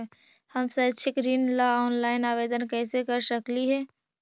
हम शैक्षिक ऋण ला ऑनलाइन आवेदन कैसे कर सकली हे?